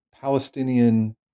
Palestinian